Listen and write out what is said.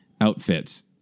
outfits